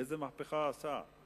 איזו מהפכה הוא עשה?